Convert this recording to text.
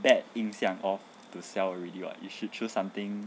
bad 印象 of to sell already [what] you should choose something